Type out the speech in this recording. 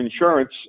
insurance